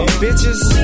bitches